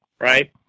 right